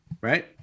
right